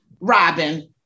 Robin